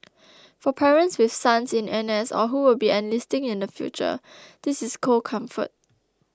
for parents with sons in NS or who will be enlisting in the future this is cold comfort